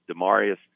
Demarius